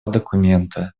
документа